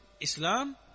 Islam